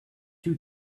two